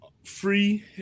Free